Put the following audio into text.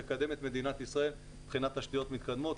לקדם את מדינת ישראל מבחינת תשתיות מתקדמות,